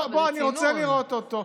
בוא, בוא, אני רוצה לראות אותו.